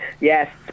Yes